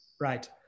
Right